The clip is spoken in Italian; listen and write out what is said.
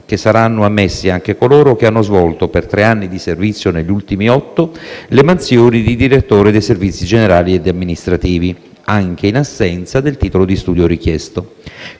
che saranno ammessi anche coloro che hanno svolto per tre anni di servizio negli ultimi otto le mansioni di direttore dei servizi generali ed amministrativi, anche in assenza del titolo di studio richiesto.